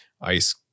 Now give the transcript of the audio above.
ice